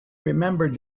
remembered